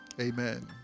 Amen